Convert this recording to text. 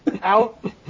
out